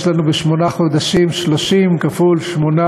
יש לנו בשמונה חודשים, 30 כפול 8,